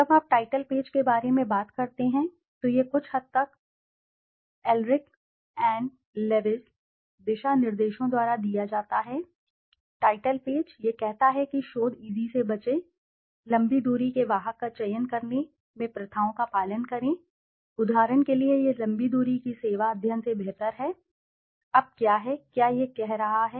जब आप title page के बारे में बात करते हैं तो यह कुछ हद तक एल्रिक एंड लविज दिशानिर्देशों द्वारा दिया जाता है टाइटल पेज यह कहता है कि शोध ईज़ी से बचें लंबी दूरी के वाहक का चयन करने में प्रथाओं का पालन करें उदाहरण के लिए यह लंबी दूरी की सेवा अध्ययन से बेहतर है अब क्या है क्या यह कह रहा है